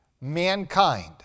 mankind